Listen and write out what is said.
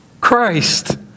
Christ